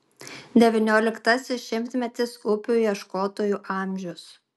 devynioliktasis šimtmetis upių ieškotojų amžius